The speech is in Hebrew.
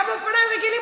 גם באופניים רגילים,